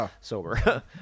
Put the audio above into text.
sober